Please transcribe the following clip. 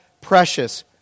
precious